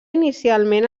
inicialment